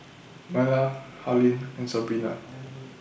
Myla Harlene and Sabrina